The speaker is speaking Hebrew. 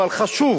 אבל חשוב